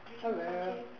hello